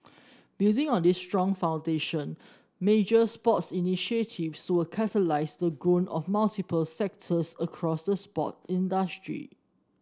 building on this strong foundation major sports initiatives will catalyse the growth of multiple sectors across sport industry